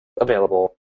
available